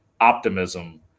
optimism